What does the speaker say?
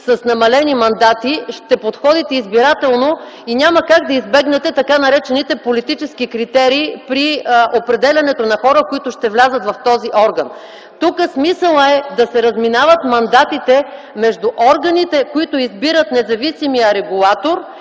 с намалени мандати, ще подходите избирателно и няма как да избегнете така наречените политически критерии при определянето на хора, които ще влязат в този орган. Тук смисълът е да се разминават мандатите между органите, които избират независимия регулатор,